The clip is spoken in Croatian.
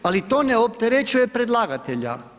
Ali i to ne opterećuje predlagatelja.